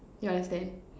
you understand